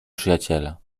przyjaciela